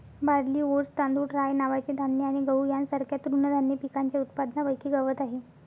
barley, oats, तांदूळ, rye नावाचे धान्य आणि गहू यांसारख्या तृणधान्य पिकांच्या उत्पादनापैकी गवत आहे